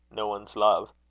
no one's love.